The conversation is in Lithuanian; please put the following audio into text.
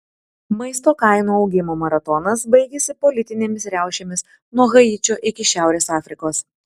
maisto kainų augimo maratonas baigėsi politinėmis riaušėmis nuo haičio iki šiaurės afrikos